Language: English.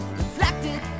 reflected